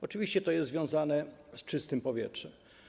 Oczywiście to jest związane z czystym powietrzem.